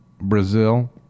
Brazil